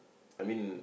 I mean